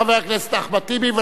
של חברי הכנסת יריב לוין,